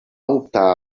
optar